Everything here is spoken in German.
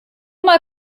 mal